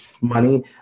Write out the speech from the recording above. money